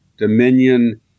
Dominion